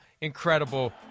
incredible